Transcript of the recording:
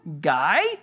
guy